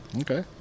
Okay